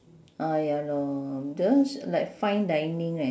ah ya lor that one is like fine dining eh